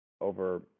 over